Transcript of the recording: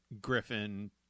Griffin